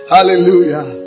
Hallelujah